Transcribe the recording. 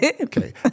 Okay